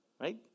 right